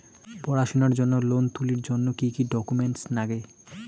পড়াশুনার জন্যে লোন তুলির জন্যে কি কি ডকুমেন্টস নাগে?